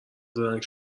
زرنگ